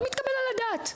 לא מתקבל על הדעת.